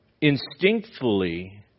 instinctively